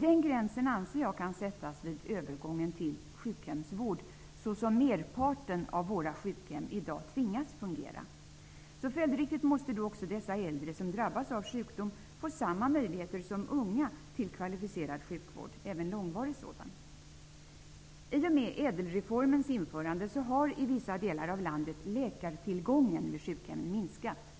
Den gränsen anser jag kan sättas vid övergången till sjukhemsvård -- så som merparten av våra sjukhem i dag tvingas fungera. Följdriktigt måste då också dessa äldre som drabbas av sjukdom få samma möjligheter som unga till kvalificerad sjukvård, även långvarig sådan. I och med ÄDEL-reformens införande har i vissa delar av landet läkartillgången vid sjukhemmen minskat,